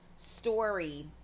story